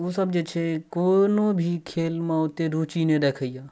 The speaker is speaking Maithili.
ओसभ जे छै कोनो भी खेलमे ओतेक रुचि नहि रखैए